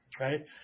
right